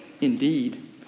indeed